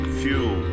fuel